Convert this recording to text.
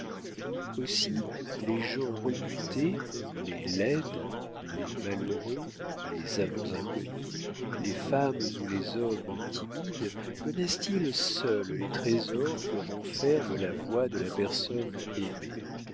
aussi les gens rebutés les laides les malheureux les amants inconnus les femmes ou les hommes timides connaissent ils seuls les trésors que renferme la voix de la personne aimée